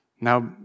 Now